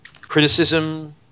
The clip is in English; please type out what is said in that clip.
Criticism